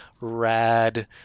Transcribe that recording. rad